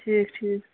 ٹھیٖک ٹھیٖک